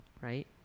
Right